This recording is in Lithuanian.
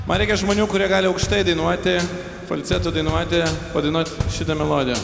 man reikia žmonių kurie gali aukštai dainuoti falcetu dainuoti padainuot šitą melodiją